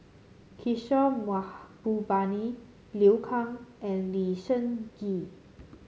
Kishore Mahbubani Liu Kang and Lee Seng Gee